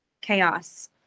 chaos